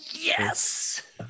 yes